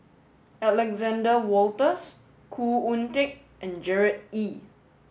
Alexander Wolters Khoo Oon Teik and Gerard Ee